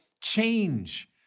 change